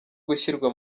gushyirwa